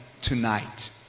tonight